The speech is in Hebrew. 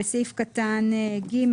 בסעיף קטן (ג)